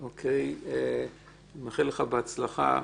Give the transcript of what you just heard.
טוב, אני מאחל לך בהצלחה.